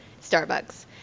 Starbucks